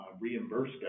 reimburse